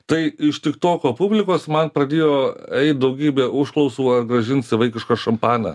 tai iš tik toko publikos man pradėjo eit daugybė užklausų ar grąžins vaikišką šampaną